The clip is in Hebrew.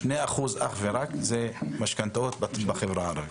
אך ורק 2% משכנתאות בחברה הערבית.